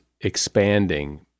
expanding